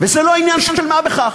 וזה לא עניין של מה בכך.